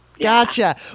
Gotcha